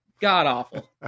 god-awful